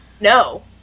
No